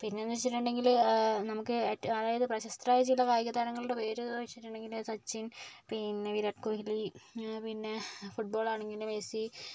പിന്നെയെന്ന് വെച്ചിട്ടുണ്ടെങ്കിൽ ഏറ്റവും അതായത് പ്രശസ്തരായ ചില കായിക താരങ്ങളുടെ പേര് എന്ന് ചോദിച്ചിട്ടുണ്ടെങ്കിൽ സച്ചിൻ പിന്നെ വിരാട് കോഹ്ലി പിന്നെ ഫുട് ബോൾ ആണെങ്കിൽ മെസ്സി